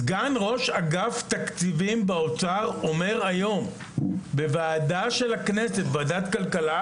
סגן ראש אגף התקציבים באוצר אומר היום בוועדת הכלכלה של הכנסת,